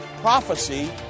prophecy